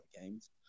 games